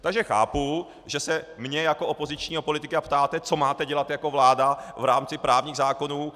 Takže chápu, že se mě jako opozičního politika ptáte, co máte dělat jako vláda v rámci právních zákonů.